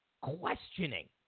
questioning